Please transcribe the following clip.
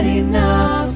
enough